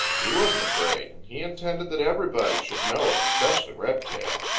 he wasn't afraid, and he intended that everybody should know it, especially redtail.